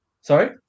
sorry